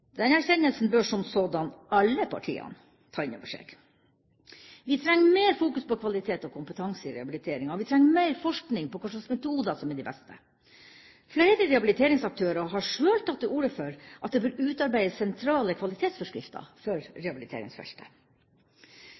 Den erkjennelsen bør som sådan alle partiene ta inn over seg. Vi trenger mer fokus på kvalitet og kompetanse i rehabiliteringa, og vi trenger mer forskning på hvilke metoder som er de beste. Flere rehabiliteringsaktører har sjøl tatt til orde for at det bør utarbeides sentrale kvalitetsforskrifter for rehabiliteringsfeltet.